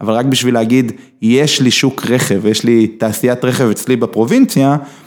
אבל רק בשביל להגיד: יש לי שוק רכב, יש לי תעשיית רכב אצלי בפרובינציה,